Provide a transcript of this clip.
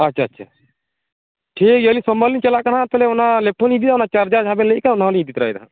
ᱟᱪᱷᱟ ᱟᱪᱷᱟ ᱴᱷᱤᱠ ᱜᱮᱭᱟ ᱟᱞᱤᱧ ᱥᱚᱢᱵᱟᱨ ᱞᱤᱧ ᱪᱟᱞᱟᱜ ᱠᱟᱱᱟ ᱛᱟᱦᱚᱞᱮ ᱚᱱᱟ ᱞᱮᱯᱴᱚᱯ ᱞᱤᱧ ᱤᱫᱤᱭᱟ ᱚᱱᱟ ᱪᱟᱨᱡᱟᱨ ᱡᱟᱦᱟᱸ ᱵᱮᱱ ᱞᱟᱹᱭᱠᱟᱜ ᱚᱱᱟᱦᱚᱸᱞᱤᱧ ᱤᱫᱤ ᱛᱚᱨᱟᱭᱫᱟ ᱦᱟᱸᱜ